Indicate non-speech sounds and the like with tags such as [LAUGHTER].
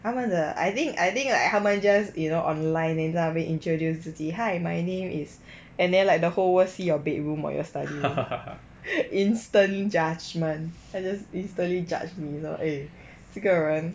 他们的 I think I think like 他们 just you know online then 在那边 introduce 自己 hi my name is [BREATH] and then like the whole world see your bedroom or your study room [LAUGHS] instant judgement 他 just instantly judge 你 lor eh 这个人